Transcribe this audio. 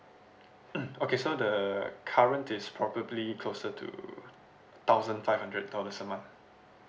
okay so the current is probably closer to thousand five hundred dollars a month